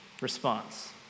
response